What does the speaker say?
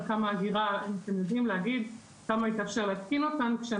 אם אתם יודעים להגיד כמה יתאפשר להקטין אותן כאשר